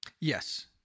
Yes